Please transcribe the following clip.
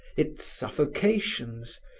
its suffocations,